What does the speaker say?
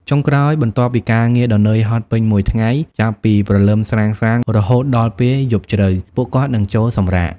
ចុងក្រោយ បន្ទាប់ពីការងារដ៏នឿយហត់ពេញមួយថ្ងៃចាប់ពីព្រលឹមស្រាងៗរហូតដល់ពេលយប់ជ្រៅ ពួកគាត់នឹងចូលសម្រាក។